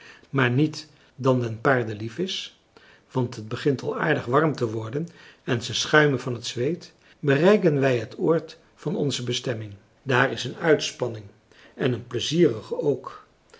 maar niet dan den paarden lief is want het begint al aardig warm te worden en ze schuimen van t zweet bereiken wij het oord van onze bestemming daar is een uitspanning en een pleizierige ook